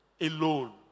alone